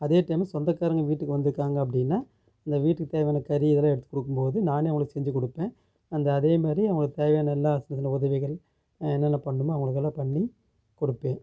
அதே டைம் சொந்தக்காரங்க வீட்டுக்கு வந்துருக்காங்க அப்படின்னா அந்த வீட்டுக்கு தேவையான கறி இதெல்லாம் எடுத்து கொடுக்கும்போது நானும் வேலை செஞ்சு கொடுப்பேன் அந்த அதே மாதிரி அவங்களுக்கு தேவையான எல்லா உதவிகள் என்னன்ன பண்ணுமோ அதல்லாம் பண்ணி கொடுப்பேன்